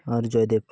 ᱟᱨ ᱡᱚᱭᱫᱮᱵ